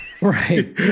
Right